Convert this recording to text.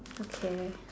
okay